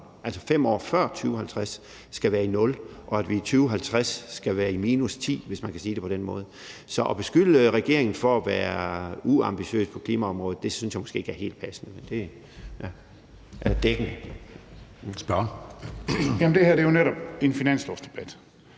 altså 5 år før 2050, skal være i nul, og at vi i 2050 skal være i minus 10, hvis man kan sige det på den måde. Så at beskylde regeringen for at være uambitiøs på klimaområdet, synes jeg måske ikke er helt dækkende. Kl. 11:11 Anden næstformand